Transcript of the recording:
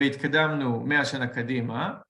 ‫והתקדמנו מאה שנה קדימה.